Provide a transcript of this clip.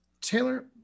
Taylor